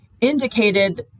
indicated